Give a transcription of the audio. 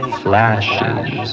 flashes